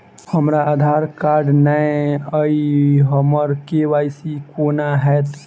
हमरा आधार कार्ड नै अई हम्मर के.वाई.सी कोना हैत?